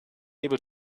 able